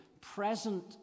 present